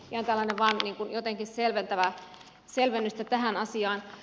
ihan vain jotenkin selvennystä tähän asiaan